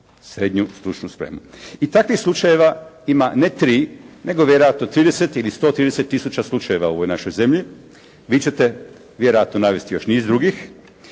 srednju stručnu spremu. I takvih slučajeva ima ne 3 nego vjerojatno 30 ili 130 tisuća slučajeva u ovoj našoj zemlji. Vi ćete vjerojatno navesti još niz drugih.